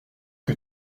que